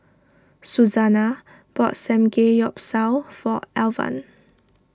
Suzanna bought Samgeyopsal for Alvan